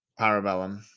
parabellum